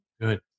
good